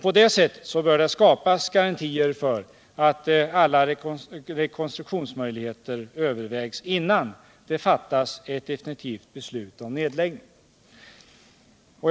På det sättet bör garantier skapas för att alla rekonstruktionsmöjligheter övervägs innan ett definitivt beslut om nedläggning fattas.